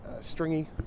stringy